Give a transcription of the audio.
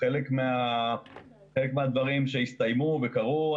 חלק מהדברים שהסתיימו וקרו,